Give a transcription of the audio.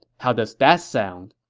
how does that sound?